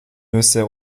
nüsse